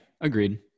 agreed